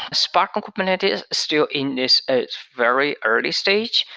spark on kubernetes still in this very early stage.